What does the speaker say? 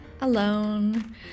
alone